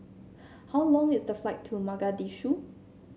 how long is the flight to Mogadishu